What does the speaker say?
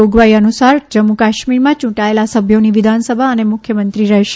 જોગવાઇ અનુસાર જમ્મુ કાશ્મીરમાં ચૂંટાયેલા સભ્યોની વિધાનસભા અને મુખ્યમંત્રી રહેશે